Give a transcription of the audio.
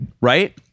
right